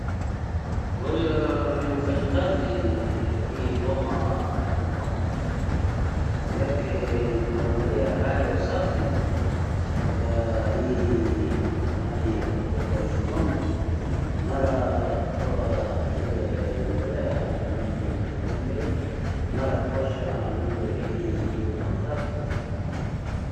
Huyu ni mfanyikazi wa hii boma ya ng'ombe. Kazi yake ni kuangalia hali ya usafi ya hii mahali pa kuwekwa hizi ng'ombe. Mara kutoa zile mbolea ama mavi za ng'ombe, mara kuosha ng'ombe ili iwe na usafi.